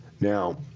Now